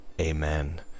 amen